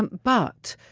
but,